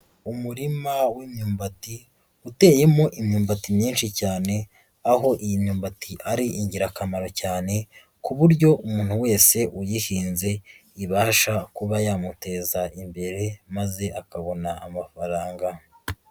Umurima w'imyumbati uteyemo imyumbati myinshi cyane aho iyi myumbati ari ingirakamaro cyane, ku buryo umuntu wese uyihinze ibasha kuba yamuteza imbere, maze akabona amafaranga.